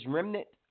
Remnant